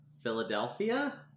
Philadelphia